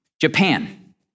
Japan